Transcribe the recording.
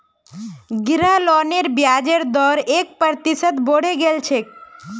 गृह लोनेर ब्याजेर दर एक प्रतिशत बढ़े गेल छेक